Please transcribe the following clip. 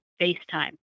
FaceTime